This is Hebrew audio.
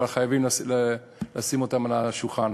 אבל חייבים לשים אותם על השולחן.